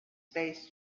space